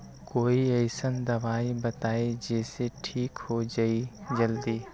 कोई अईसन दवाई बताई जे से ठीक हो जई जल्दी?